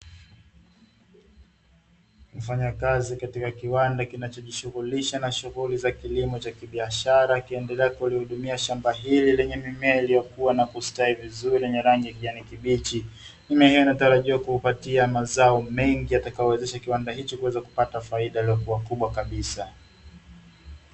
Mfanyakazi katika kiwanda kinacho jishughulisha na shughuli za kilimo cha kibiashara, akiendelea kulihudumia shamba hili lenye mimea iliyokua na kustawi vizuri yenye rangi ya kijani kibichi, mimea hiyo inatarajia kumpatia mazao mengi yatakayo kiwezesha kiwanda hicho kuweza kupata faida iliyokua kubwa kabisa.